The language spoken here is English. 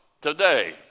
today